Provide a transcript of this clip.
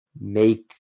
make